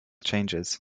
changes